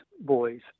Boys